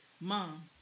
Mom